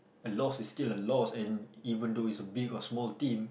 a loss is still a loss and even though it's a big or small team